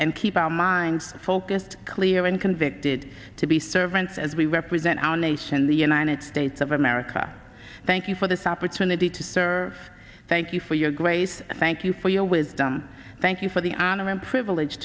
and keep our minds focused clear and convicted to be servants as we represent our nation the united states of america thank you for this opportunity to serve thank you for your grace thank you for your with them thank you for the honor and privilege